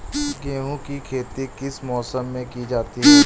गेहूँ की खेती किस मौसम में की जाती है?